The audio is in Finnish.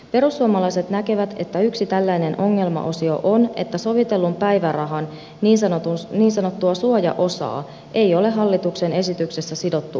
perussuomalaiset näkevät että yksi tällainen ongelmaosio on että sovitellun päivärahan niin sanottua suojaosaa ei ole hallituksen esityksessä sidottu indeksiin